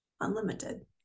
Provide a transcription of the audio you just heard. unlimited